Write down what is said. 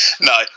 No